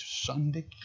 Sunday